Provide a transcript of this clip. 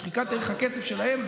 משחיקת ערך הכסף שלהם,